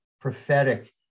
prophetic